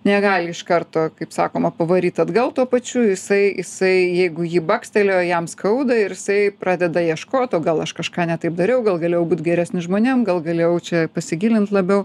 negali iš karto kaip sakoma pavaryt atgal tuo pačiu jisai jisai jeigu jį bakstelėjo jam skauda ir jisai pradeda ieškot o gal aš kažką ne taip dariau gal galėjau būt geresnis žmonėm gal galėjau čia pasigilint labiau